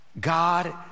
God